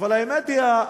האמת היא,